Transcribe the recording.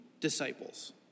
Disciples